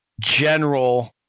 general